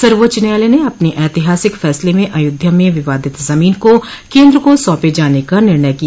सर्वोच्च न्यायालय ने अपने ऐतिहासिक फैसले में अयोध्या में विवादित जमीन को केन्द्र को सौंपे जाने का निर्णय किया